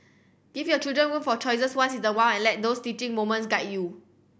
give your children room for choices once in a while and let those teaching moments guide you